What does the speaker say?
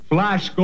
Flash